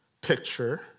picture